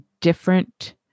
different